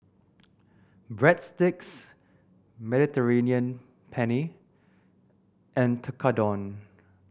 Breadsticks Mediterranean Penne and Tekkadon